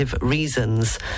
reasons